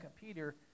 Peter